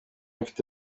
mfite